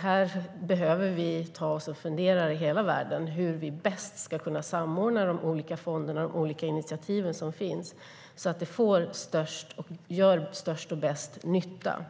Här behöver vi i hela världen ta oss en funderare på hur vi bäst ska kunna samordna de olika fonder och initiativ som finns, så att de gör störst och bäst nytta.